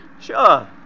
Sure